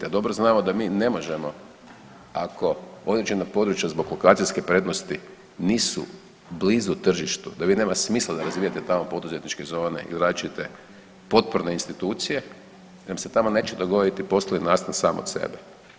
A dobro znamo da mi ne možemo ako određena područja zbog lokacijske prednosti nisu blizu tržištu, da vi nema smisla da razvijate tamo poduzetničke zone ili različite potporne institucije jer vam se tamo neće dogoditi poslovni nastan sam od sebe.